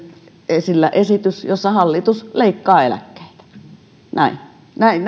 esillä esitys jossa hallitus leikkaa eläkkeitä näin näin